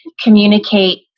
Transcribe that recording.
communicate